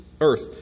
earth